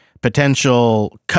potential